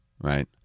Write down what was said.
right